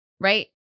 right